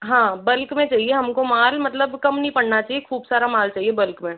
हाँ बल्क में चाहिए हमको माल मतलब कम नहीं पड़ना चाहिए खूब सारा माल चाहिए बल्क में